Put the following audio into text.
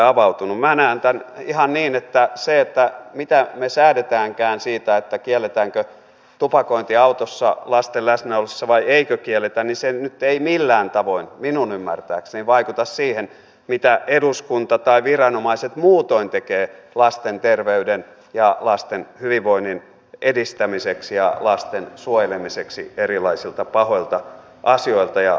minä näen tämän ihan niin että se mitä me säädämmekään siitä kielletäänkö tupakointi autossa lasten läsnä ollessa vai eikö kielletä nyt ei millään tavoin minun ymmärtääkseni vaikuta siihen mitä eduskunta tai viranomaiset muutoin tekevät lasten terveyden ja lasten hyvinvoinnin edistämiseksi ja lasten suojelemiseksi erilaisilta pahoilta asioilta ja teoilta